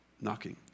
knocking